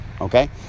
okay